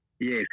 Yes